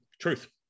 truth